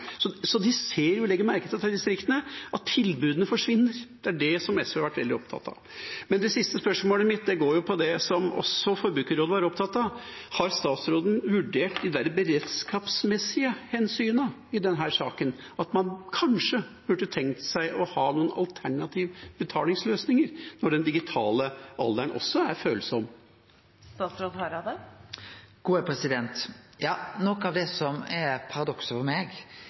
De ser jo og legger merke til dette i distriktene, at tilbudene forsvinner. Det er det SV har vært veldig opptatt av. Det siste spørsmålet mitt går på det som også Forbrukerrådet var opptatt av: Har statsråden vurdert de beredskapsmessige hensynene i denne saken, at man kanskje burde tenkt seg å ha noen alternative betalingsløsninger når den digitale alderen også er følsom? Noko av det som er paradokset for meg,